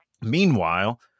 Meanwhile